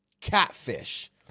catfish